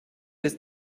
ist